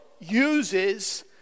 uses